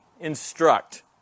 instruct